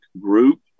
group